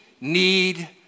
need